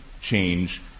change